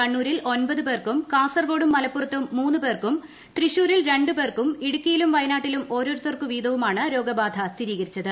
കണ്ണൂരിൽ ഒൻപത് പേർക്കും കാസർകോടും മലപ്പുറത്തും മൂന്നു പേർക്കും തൃശൂരിൽ രണ്ടു പേർക്കും ഇടുക്കിയിലും വയനാട്ടിലും ഓരോരുത്തർക്കു വീതവുമാണ്ട് രോഗബാധ സ്ഥിരീകരിച്ചത്